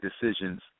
decisions